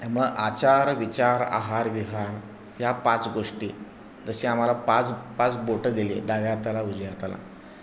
आणि मग आचार विचार आहार विहार ह्या पाच गोष्टी जशी आम्हाला पाच पाच बोटं दिली आहे डाव्या हाताला उजव्या हाताला